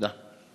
תודה.